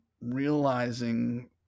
realizing